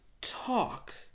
talk